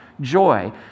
joy